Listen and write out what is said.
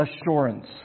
assurance